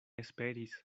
esperis